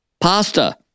pasta